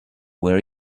where